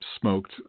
smoked